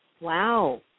Wow